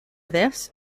this